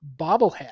bobblehead